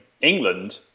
England